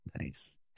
nice